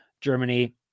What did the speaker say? germany